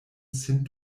sin